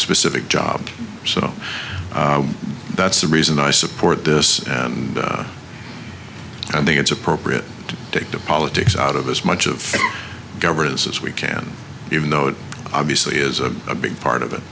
specific job so that's the reason i support this and i think it's appropriate to take the politics out of as much of governance as we can even though it obviously is a big part of it